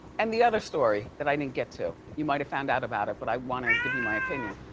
and the other story that i didn't get to, you might've found out about it, but i wanna give you my opinion.